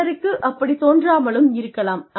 சிலருக்கு அப்படித் தோன்றாமலும் இருக்கலாம்